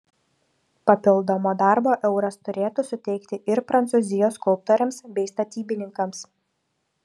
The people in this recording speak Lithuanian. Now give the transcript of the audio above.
papildomo darbo euras turėtų suteikti ir prancūzijos skulptoriams bei statybininkams